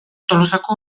tolosako